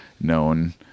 known